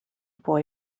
boy